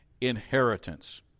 inheritance